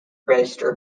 register